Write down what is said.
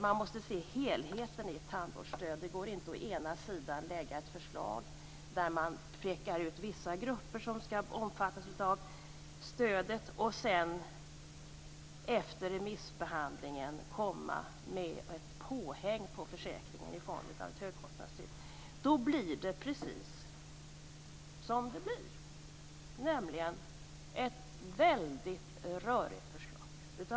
Man måste se helheten i ett tandvårdsstöd. Det går inte att först lägga fram ett förslag där man pekar ut vissa grupper som skall omfattas av stödet och sedan efter remissbehandlingen komma med ett påhäng på försäkringen i form av ett högkostnadsskydd. Då blir det precis som det blir, nämligen ett väldigt rörigt förslag.